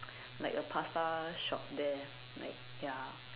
like a pasta shop there like ya